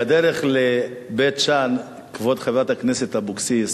בדרך לבית-שאן, כבוד חברת הכנסת אבקסיס,